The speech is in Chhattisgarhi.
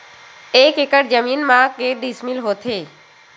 एक एकड़ जमीन मा के डिसमिल होथे?